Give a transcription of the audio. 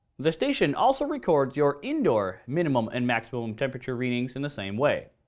the station also records your indoor minimum and maximum temperature readings in the same way.